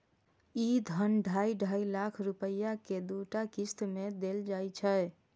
ई धन ढाइ ढाइ लाख रुपैया के दूटा किस्त मे देल जाइ छै